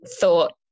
thought